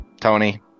Tony